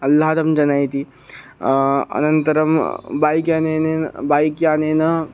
आह्लादं जनयति अनन्तरं बैक् यानेन बैक् यानेन